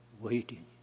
waiting